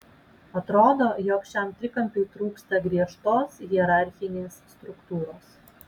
atrodo jog šiam trikampiui trūksta griežtos hierarchinės struktūros